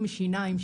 עם שיניים,